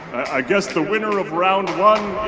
i guess the winner of round one